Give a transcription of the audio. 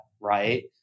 right